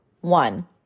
one